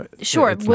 Sure